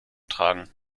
tragen